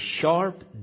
sharp